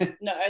no